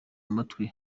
amatwi